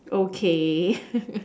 okay